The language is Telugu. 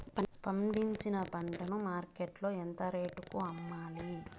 పండించిన పంట ను మార్కెట్ లో ఎంత రేటుకి అమ్మాలి?